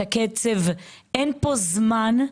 אין פה זמן.